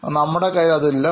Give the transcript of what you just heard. എന്നാ നമ്മുടെ കയ്യിൽ അതില്ല